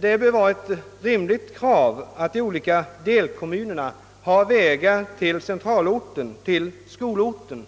Det bör anses som ett rimligt krav att de olika delkommunerna har vägar till centralorten, till skolorten.